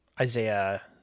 Isaiah